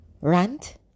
rant